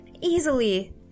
easily